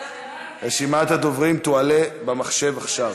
רשימת הדוברים תועלה במחשבה עכשיו.